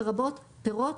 לרבות פירות,